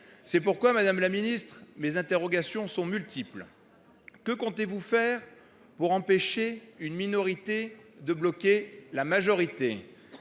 C'est pourquoi Madame la Ministre mes interrogations sont multiples. Que comptez-vous faire pour empêcher une minorité de bloquer la majorité.